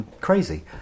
crazy